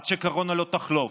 עד שהקורונה לא תחלוף,